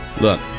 Look